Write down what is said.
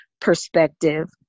perspective